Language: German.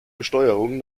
besteuerung